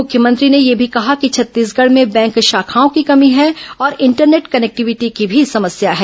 मुख्यमंत्री ने यह भी कहा कि छत्तीसगढ़ में बैंक शाखाओं की कमी है और इंटरनेट कनेक्टिविटी की भी समस्या है